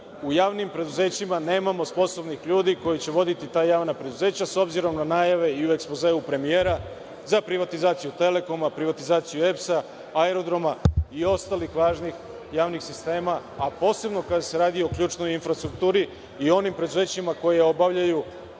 u javnim preduzećima nemamo sposobnih ljudi koji će voditi ta javna preduzeća s obzirom na najave i u ekspozeu premijera za privatizaciju Telekoma, privatizaciju EPS, Aerodroma i ostalih važnih javnih sistema, a posebno kada se radi o ključnoj infrastrukturi i onim preduzećima koja obavljaju